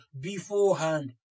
beforehand